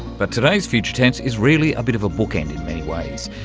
but today's future tense is really a bit of a book-end in many ways.